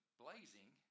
blazing